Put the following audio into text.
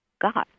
God